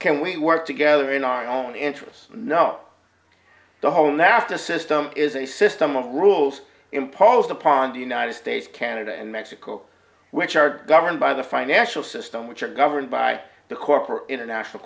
can we work together in our own interests no the whole nafta system is a system of rules imposed upon the united states canada and mexico which are governed by the financial system which are governed by the corporate international